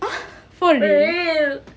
for real